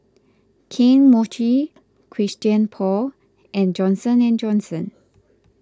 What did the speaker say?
Kane Mochi Christian Paul and Johnson and Johnson